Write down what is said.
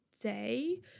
day